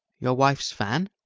your wife's fan?